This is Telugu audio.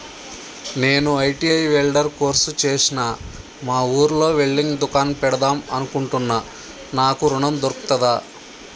నేను ఐ.టి.ఐ వెల్డర్ కోర్సు చేశ్న మా ఊర్లో వెల్డింగ్ దుకాన్ పెడదాం అనుకుంటున్నా నాకు ఋణం దొర్కుతదా?